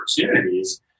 opportunities